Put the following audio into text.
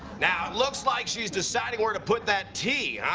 now, it looks like she's deciding where to put that tee,